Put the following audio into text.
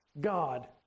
God